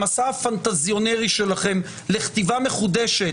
המסע הפנטזיונרי שלכם לכתיבה מחודשת